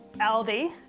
Aldi